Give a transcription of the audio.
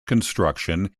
construction